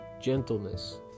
gentleness